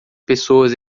pessoas